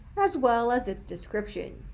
as well as its description.